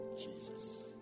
Jesus